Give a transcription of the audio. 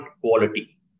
quality